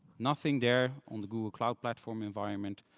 nothing there on the google cloud platform environment,